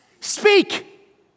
Speak